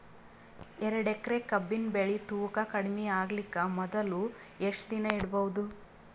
ಎರಡೇಕರಿ ಕಬ್ಬಿನ್ ಬೆಳಿ ತೂಕ ಕಡಿಮೆ ಆಗಲಿಕ ಮೊದಲು ಎಷ್ಟ ದಿನ ಇಡಬಹುದು?